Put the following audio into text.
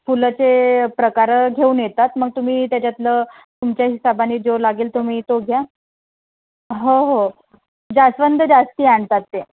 फुलाचे प्रकार घेऊन येतात मग तुम्ही त्याच्यातलं तुमच्या हिशेबाने जो लागेल तुम्ही तो घ्या हो हो जास्वंद जास्त आणतात ते